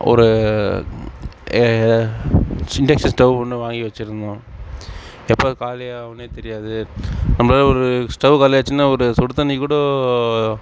ஒரு A C induction stove ஒன்று வாங்கி வெச்சிருந்தோம் எப்போ காலி ஆகுன்னே தெரியாது நம்மளா ஒரு ஸ்டவ் காலி ஆச்சுன்னால் ஒரு சுடு தண்ணி கூட